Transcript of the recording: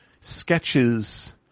sketches